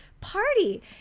party